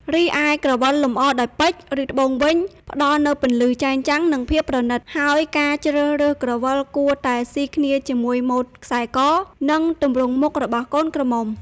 រីឯក្រវិលលម្អដោយពេជ្រ ឬត្បូងវិញ ផ្តល់នូវពន្លឺចែងចាំង និងភាពប្រណិត ហើយការជ្រើសរើសក្រវិលគួរតែស៊ីគ្នាជាមួយម៉ូតខ្សែក និងទម្រង់មុខរបស់កូនក្រមុំ។